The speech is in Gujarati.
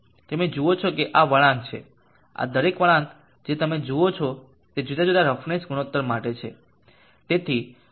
તમે જુઓ છો કે આ વળાંક છે આ દરેક વળાંક જે તમે જુઓ છો તે જુદા જુદા રફનેસ ગુણોત્તર માટે છે